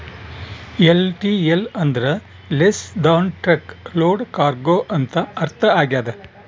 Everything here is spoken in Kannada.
ಎಲ್.ಟಿ.ಎಲ್ ಅಂದ್ರ less than truck load cargo ಅಂತ ಅರ್ಥ ಆಗ್ಯದ